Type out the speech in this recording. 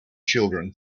children